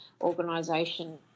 organisation